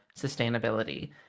sustainability